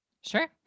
sure